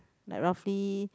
like roughly